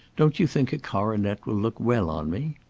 don't you think a coronet will look well on me?